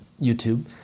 YouTube